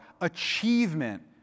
achievement